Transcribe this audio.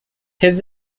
his